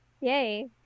Yay